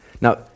Now